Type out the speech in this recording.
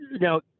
now